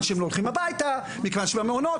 מכיוון שהם לא הולכים הביתה, מכיוון שהם במעונות.